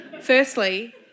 Firstly